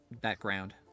background